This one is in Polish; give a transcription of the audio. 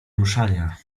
ruszania